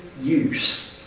use